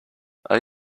are